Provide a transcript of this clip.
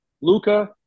Luca